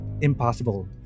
impossible